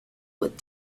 with